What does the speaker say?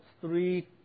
Three